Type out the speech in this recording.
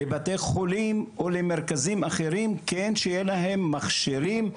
לבתי חולים או למרכזים אחרים שיהיו להם מכשירים,